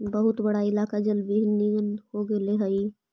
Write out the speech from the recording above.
बहुत बड़ा इलाका जलविहीन नियन हो गेले हई